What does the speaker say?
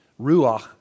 ruach